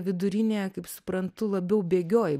vidurinėje kaip suprantu labiau bėgiojai